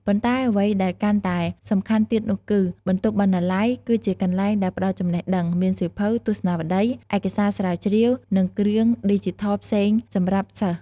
ប៉ុន្តែអ្វីដែលកាន់តែសំខាន់ទៀតនោះគឺ បន្ទប់បណ្ណាល័យ គឺជាកន្លែងដែលផ្តល់ចំណេះដឹង មានសៀវភៅ ទស្សនាវដ្តី ឯកសារស្រាវជ្រាវ និងគ្រឿងឌីជីថលផ្សេងសម្រាប់សិស្ស។